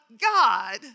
God